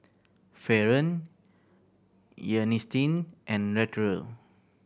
Faron and Latrell